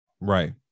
Right